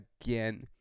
again